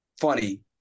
funny